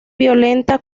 violenta